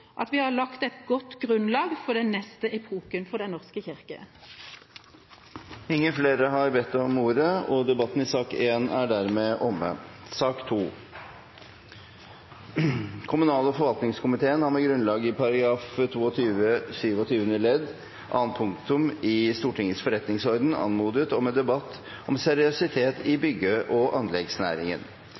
at vi har lagt et godt grunnlag for den neste epoken for den norske kirke. Flere har ikke bedt om ordet til sak nr. 1. Kommunal- og forvaltningskomiteen har med grunnlag i § 22 syvende ledd annet punktum i Stortingets forretningsorden anmodet om en debatt om seriøsitet i bygge- og anleggsnæringen.